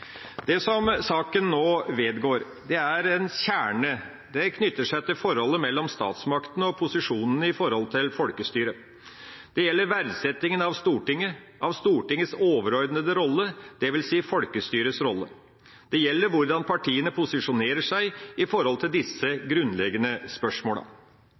Det som saken vedgår, er kjernen. Det knytter seg til forholdet mellom statsmaktene og posisjonene i forhold til folkestyret. Det gjelder verdsettinga av Stortinget, av Stortingets overordnede rolle, dvs. folkestyrets rolle. Det gjelder hvordan partiene posisjonerer seg i forhold til disse grunnleggende